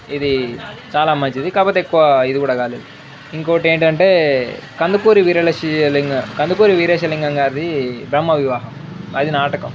ఇది చాలా మంచిది కాకపోతే ఎక్కువ ఇది కూడా కాలేదు ఇంకోటి ఏంటంటే కందికూరి వీరేశలింగం గారి కందికూరి వీరేశలింగం బ్రహ్మ వివాహం అది నాటకం